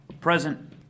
Present